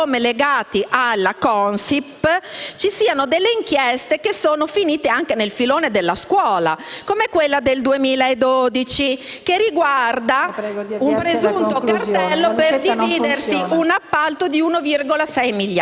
alla Consip ci siano inchieste che sono finite anche nel filone della scuola, come quella del 2012 che riguarda un presunto cartello per dividersi un appalto di 1,6 miliardi.